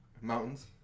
mountains